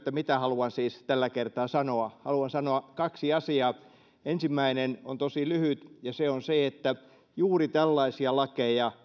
mitä haluan siis tällä kertaa sanoa haluan sanoa kaksi asiaa ensimmäinen on tosi lyhyt ja se on se että juuri tällaisia lakeja